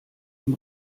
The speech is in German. ihm